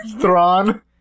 Thrawn